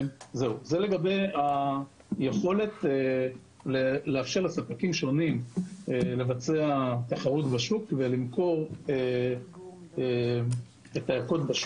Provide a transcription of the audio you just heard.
זה לגבי היכולת לאפשר לספקים שונים ליצור תחרות בשוק ולמכור את הערכות.